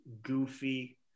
goofy